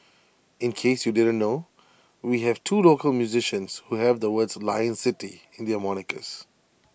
in case you didn't know we have two local musicians who have the words 'Lion City' in their monikers